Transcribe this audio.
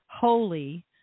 holy